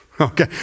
Okay